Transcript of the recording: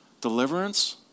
deliverance